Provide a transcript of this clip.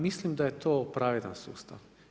Mislim da je to pravedan sustav.